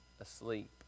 asleep